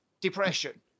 depression